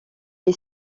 est